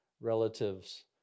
relatives